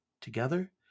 Together